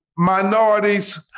minorities